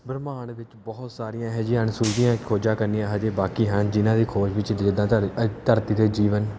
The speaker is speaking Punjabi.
ਬ੍ਰਹਿਮੰਡ ਵਿੱਚ ਬਹੁਤ ਸਾਰੀਆਂ ਇਹੋ ਜਿਹੀਆਂ ਅਣਸੁਲਝੀਆਂ ਖੋਜਾਂ ਕਰਨੀਆਂ ਹਜੇ ਬਾਕੀ ਹਨ ਜਿਹਨਾਂ ਦੀ ਖੋਜ ਵਿੱਚ ਜਿੱਦਾਂ ਧ ਧਰਤੀ 'ਤੇ ਜੀਵਨ